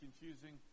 confusing